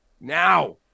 now